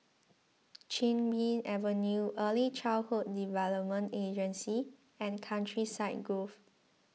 Chin Bee Avenue Early Childhood Development Agency and Countryside Grove